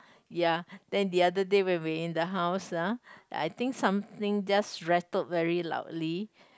ya then the other day when we in the house uh I think something just rattled very loudly